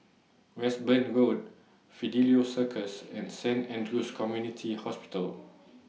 Westbourne Road Fidelio Circus and Saint Andrew's Community Hospital